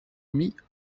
mit